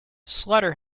slaughter